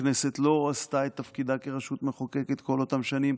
והכנסת לא עשתה את תפקידה כרשות מחוקקת כל אותן שנים,